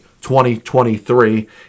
2023